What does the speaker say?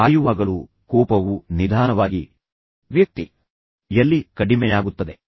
ಕಾಯುವಾಗಲೂ ಕೋಪವು ನಿಧಾನವಾಗಿ ವ್ಯಕ್ತಿಯಲ್ಲಿ ಕಡಿಮೆಯಾಗುತ್ತದೆ